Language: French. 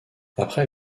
après